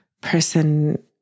person